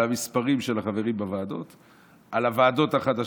על הוועדות החדשות,